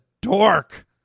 dork